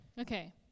okay